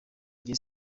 njye